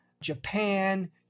Japan